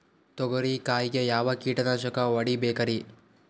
ತೊಗರಿ ಕಾಯಿಗೆ ಯಾವ ಕೀಟನಾಶಕ ಹೊಡಿಬೇಕರಿ?